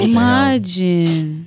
Imagine